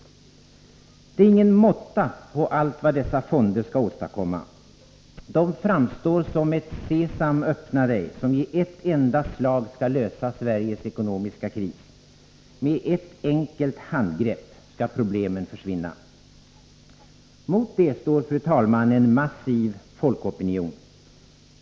Det är inte någon måtta på allt som dessa fonder skall åstadkomma. De framstår som ett ”Sesam, öppna dig” som i ett enda slag skall lösa Sveriges ekonomiska kris. Med ett enda enkelt handgrepp skall alla våra problem försvinna! Mot detta står, fru talman, en massiv folkopinion.